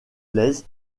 lez